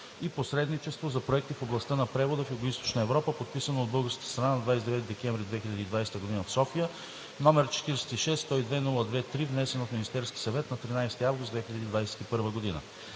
и посредничество за проекти в областта на превода в Югоизточна Европа, подписано от българската страна на 29 декември 2020 г. в София, № 46-102-02-3, внесен от Министерски съвет на 13 август 2021 г.